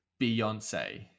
beyonce